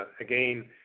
again